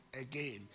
again